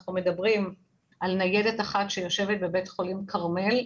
אנחנו מדברים על ניידת אחת שיושבת בבית חולים כרמל,